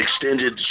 extended